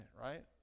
right